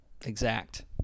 exact